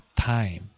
time